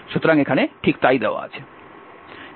সুতরাং এখানে ঠিক তাই দেওয়া আছে